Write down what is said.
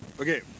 Okay